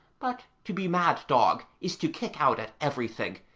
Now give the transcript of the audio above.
but to be mad-dog is to kick out at everything,